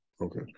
Okay